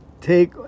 take